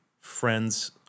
friends